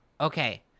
okay